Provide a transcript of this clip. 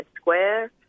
Square